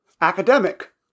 Academic